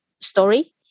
story